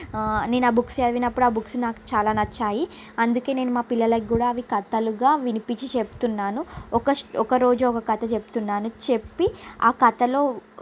నేను ఆ బుక్స్ చదివినప్పుడు ఆ బుక్స్ నాకు చాలా నచ్చాయి అందుకే నేను మా పిల్లలకు కూడా అవి కథలుగా వినిపించి చెప్తున్నాను ఒక ఒక రోజు ఒక కథ చెపుతున్నాను చెప్పి ఆ కథలో